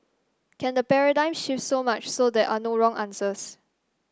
can the paradigm shift so much so there are no wrong answers